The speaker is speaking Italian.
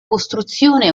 costruzione